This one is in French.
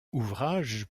ouvrages